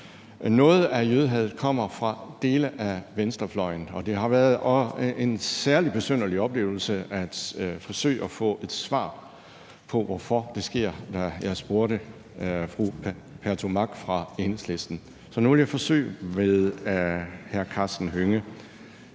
Noget af jødehadet kommer fra dele af venstrefløjen, og det var en særlig besynderlig oplevelse at forsøge at få et svar på, hvorfor det sker, da jeg spurgte fru Trine Pertou Mach fra Enhedslisten, så nu vil jeg forsøge at spørge hr. Karsten Hønge.